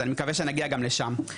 ואני מקווה שנגיע גם לשם.